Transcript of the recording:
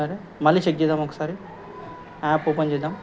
సరే మళ్ళీ చెక్ చేద్దాము ఒకసారి యాప్ ఓపెన్ చేద్దాము